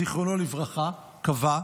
זיכרונו לברכה, קבע,